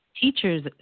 teacher's